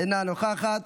אינה נוכחת.